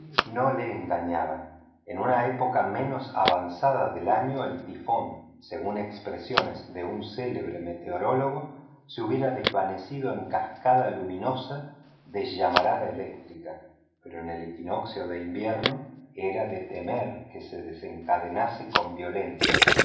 no lo engañaban en una época menos avanzada del año el tifón según expresiones de un célebre meteorólogo se hubiera desvanecido en cascada luminosa de llamarada eléctrica pero en el equinoccio de invierno era de temer que se desencadenase con violencia